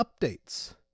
updates